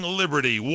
liberty